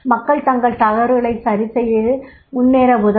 மக்கள் தங்கள் தவறுகளை சரிசெய்து முன்னேற உதவும்